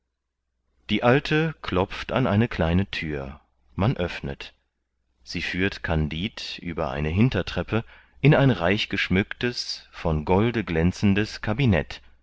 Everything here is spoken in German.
die alte klopft an eine kleine thür man öffnet sie führt kandid über eine hintertreppe in ein reich geschmücktes von golde glänzendes kabinett